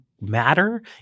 matter